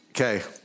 Okay